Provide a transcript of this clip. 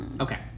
Okay